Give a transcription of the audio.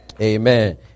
Amen